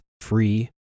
free